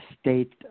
state